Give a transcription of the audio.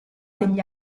degli